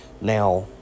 Now